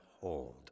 hold